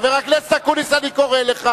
חבר הכנסת אקוניס, אני קורא לך.